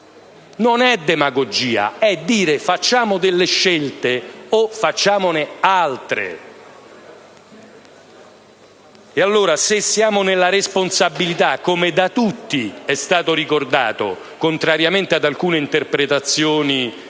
Non è demagogia: è dire facciamo delle scelte o facciamone altre. Se siamo nella piena responsabilità, come da tutti è stato ricordato, contrariamente ad alcune interpretazioni